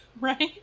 right